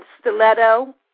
stiletto